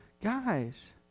guys